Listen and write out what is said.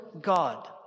God